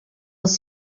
els